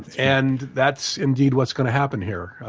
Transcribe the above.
and that's indeed what's going to happen here.